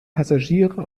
passagiere